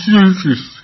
Jesus